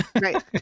right